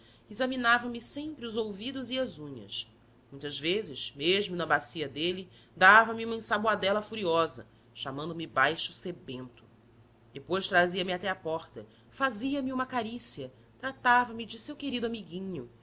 examinava me sempre os ouvidos e as unhas muitas vezes mesmo na bacia dele dava-me uma ensaboada furiosa chamando me baixo sebento depois trazia me até à porta fazia-me uma carícia tratava-me de seu querido amiguinho